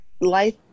life